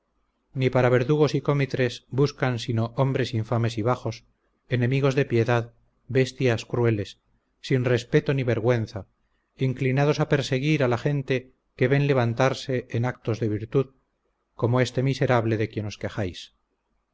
ni para verdugos y comitres buscan sino hombres infames y bajos enemigos de piedad bestias crueles sin respeto ni vergüenza inclinados a perseguir a la gente que ven levantarse en actos de virtud como este miserable de quien os